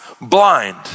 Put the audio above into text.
blind